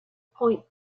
point